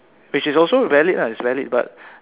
which is also valid lah it's valid but